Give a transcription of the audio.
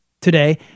today